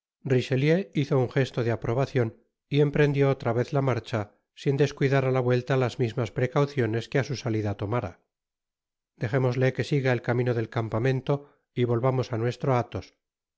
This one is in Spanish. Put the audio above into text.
richelieu hizo un jesto de aprobacion y emprendió otra vez la marcha sin descuidar á la vuelta las mismas precauciones que á su salida tomara dejémosle que siga el camino del campamento y volvamos á nuestro athos